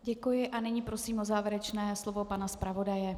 Děkuji a nyní prosím o závěrečné slovo pana zpravodaje.